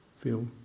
Feel